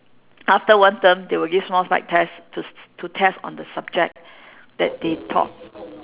after one term they will give small bite test to test on the subject that they taught